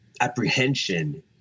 apprehension